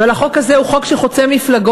אבל החוק הזה הוא חוק שחוצה מפלגות.